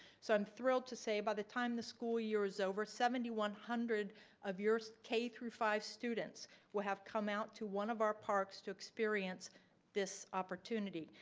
so i'm thrilled to say by the time the school year is over seven thousand one hundred of years k through five students will have come out to one of our parks to experience this opportunity,